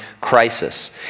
crisis